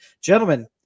Gentlemen